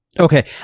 Okay